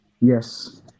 Yes